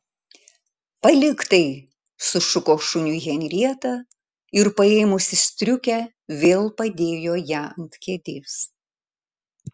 palik tai sušuko šuniui henrieta ir paėmusi striukę vėl padėjo ją ant kėdės